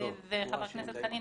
חבר הכנסת חנין,